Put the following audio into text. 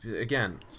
Again